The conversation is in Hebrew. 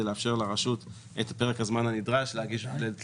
וזאת כדי לאפשר לרשות את פרק הזמן הנדרש לטפל